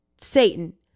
Satan